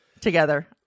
together